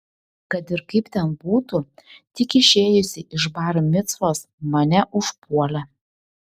kad ir kaip ten būtų tik išėjusį iš bar micvos mane užpuolė